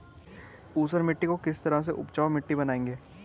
ऊसर मिट्टी को किस तरह उपजाऊ मिट्टी बनाएंगे?